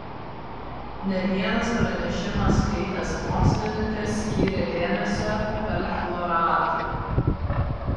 ne vienas pranešimą skaitęs mokslininkas skyrė dėmesio perchloratui